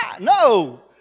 no